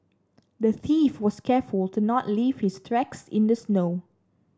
the thief was careful to not leave his tracks in the snow